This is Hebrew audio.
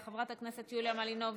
חברת הכנסת יוליה מלינובסקי,